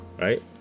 Right